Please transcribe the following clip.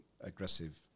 aggressive